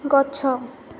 ଗଛ